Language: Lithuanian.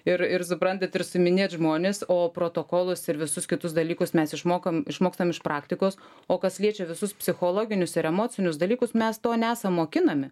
ir ir suprantat ir suiiminėt žmones o protokolus ir visus kitus dalykus mes išmokam išmokstam iš praktikos o kas liečia visus psichologinius ir emocinius dalykus mes to nesam mokinami